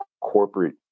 corporate